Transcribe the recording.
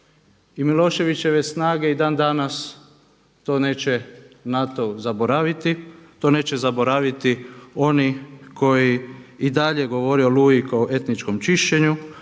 i Miloševićeve snage i dan danas to neće NATO zaboraviti, to neće zaboraviti oni koji i dalje govore o Oluji kao o etničkom čišćenju,